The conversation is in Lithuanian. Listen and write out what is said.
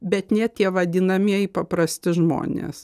bet ne tie vadinamieji paprasti žmonės